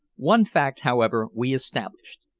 one fact, however, we established.